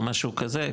או משהו כזה,